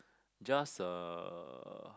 just uh